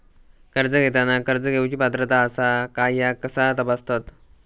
कर्ज घेताना कर्ज घेवची पात्रता आसा काय ह्या कसा तपासतात?